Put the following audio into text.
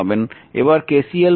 এবার KCL প্রয়োগ করুন